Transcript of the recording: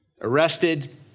Arrested